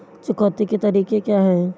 चुकौती के तरीके क्या हैं?